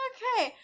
Okay